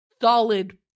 solid